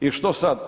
I što sad.